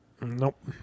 Nope